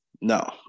No